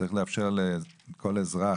צריך לאפשר לכל אזרח,